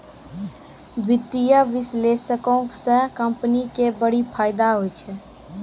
वित्तीय विश्लेषको से कंपनी के बड़ी फायदा होय छै